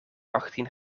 achttien